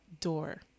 door